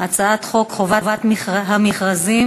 אנחנו נזכה לדון ברפורמה הגדולה של המדען הראשי במשרד הכלכלה,